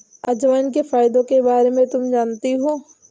अजवाइन के फायदों के बारे में तुम जानती हो?